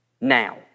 now